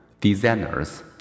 designers